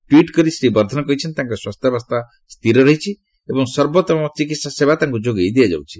tweet କରି ଶ୍ରୀ ବର୍ଦ୍ଧନ କହିଛନ୍ତି ତାଙ୍କ ସ୍ୱାସ୍ଥ୍ୟାବସ୍ଥା ସ୍ଥିର ରହିଛି ଏବଂ ସର୍ବୋଉମ ଚିକିତ୍ସା ସେବା ତାଙ୍କୁ ଯୋଗାଇ ଦିଆଯାଉଛି